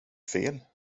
fel